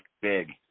big